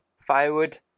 firewood